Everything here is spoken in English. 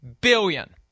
billion